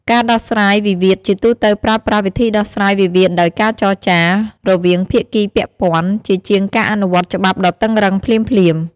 ការដោះស្រាយវិវាទជាទូទៅប្រើប្រាស់ វិធីដោះស្រាយវិវាទដោយការចរចា រវាងភាគីពាក់ព័ន្ធ ជាជាងការអនុវត្តច្បាប់ដ៏តឹងរ៉ឹងភ្លាមៗ។